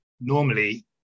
normally